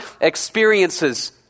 experiences